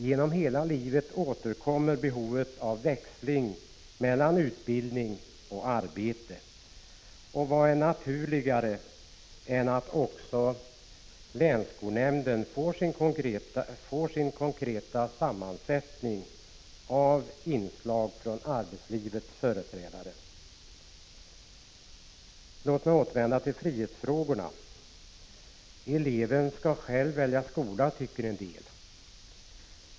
Genom hela livet återkommer behovet av växling mellan utbildning och arbete. Vad är naturligare än att också länsskolnämnden får sin konkreta sammansättning med bl.a. företrädare från arbetslivet? Låt mig återvända till frihetsfrågorna. Eleven skall själv välja skola, tycker en del.